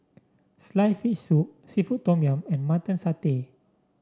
sliced fish soup seafood Tom Yum and Mutton Satay